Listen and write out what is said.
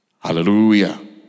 Hallelujah